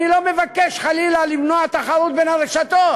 אני לא מבקש, חלילה, למנוע תחרות בין הרשתות.